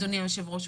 אדוני היושב-ראש,